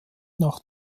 nach